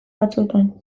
batzuetan